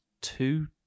two